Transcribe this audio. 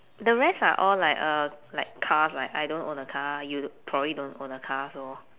the rest are all like uh like cars like I don't own a car you probably don't own a car so